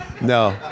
No